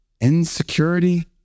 insecurity